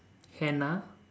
Hannah